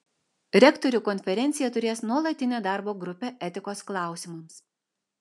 rektorių konferencija turės nuolatinę darbo grupę etikos klausimams